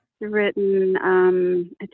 Written